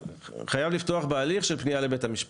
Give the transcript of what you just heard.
חייב לפתוח בהליך של פנייה לבית המשפט.